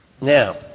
Now